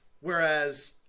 Whereas